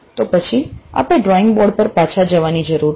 તો પછી આપે ડ્રોઇંગ બોર્ડ પર પાછા જવાની જરૂર છે